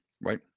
right